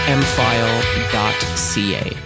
mfile.ca